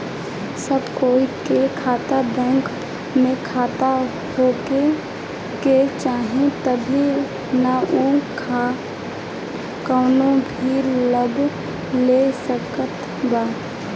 सब केहू के लगे बैंक में खाता होखे के चाही तबे नअ उ कवनो भी लाभ ले सकत बाटे